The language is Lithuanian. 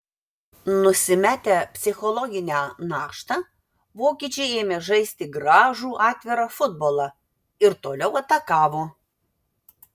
nusimetę psichologinę naštą vokiečiai ėmė žaisti gražų atvirą futbolą ir toliau atakavo